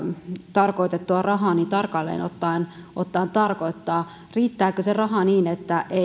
tarkoitettua rahaa tarkalleen ottaen ottaen tarkoittaa riittääkö se raha niin että kunnille